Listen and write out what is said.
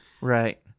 Right